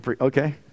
Okay